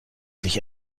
sich